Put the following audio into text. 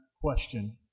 question